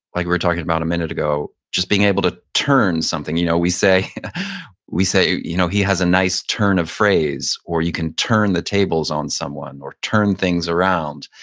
like we were talking about a minute ago, just being able to turn something. you know we say we say you know he has a nice turn of phrase or you can turn the tables on someone, or turn things around.